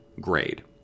grade